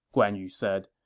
guan yu said.